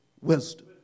wisdom